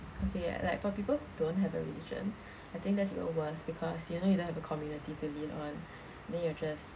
okay like for people who don't have a religion I think that's even worse because you know you don't have a community to lean on then you're just